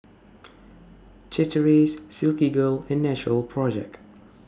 Chateraise Silkygirl and Natural Project